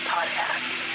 Podcast